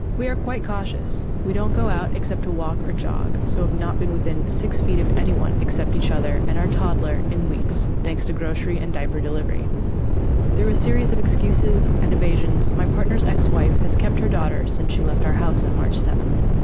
we are quite cautious. we don't go out except to walk or jog. so we've not been within six feet of anyone except each other and our toddler in weeks, thanks to grocery and diaper delivery through a series of excuses and evasions. my partner's ex-wife has kept her daughter since she left our house on march seventh.